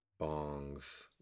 bongs